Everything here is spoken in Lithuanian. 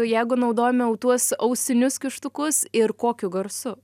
jeigu naudojame jau tuos ausinius kištukus ir kokiu garsu